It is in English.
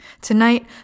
Tonight